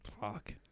Fuck